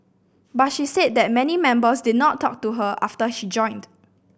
but she said that many members did not talk to her after she joined